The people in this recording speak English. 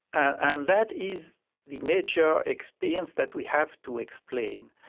and that is the major experience that we have to explain,